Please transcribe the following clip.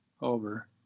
over